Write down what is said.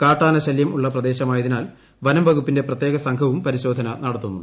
കാട്ടാന ശല്യം ഉള്ള പ്രദേശമായതിനാൽ വനം വകുപ്പിന്റെ പ്രത്യേക സംഘവും പരിശോധന നടത്തുന്നുണ്ട്